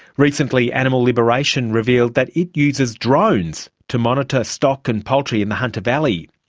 recently animal liberation revealed that it uses drones to monitor stock and poultry in the hunter valley.